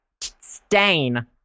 stain